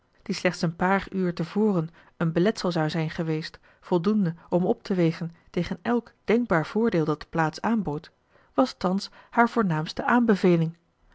die slechts een paar uur te voren een beletsel zou zijn geweest voldoende om op te wegen tegen elk denkbaar voordeel dat de plaats aanbood was thans haar voornaamste aanbeveling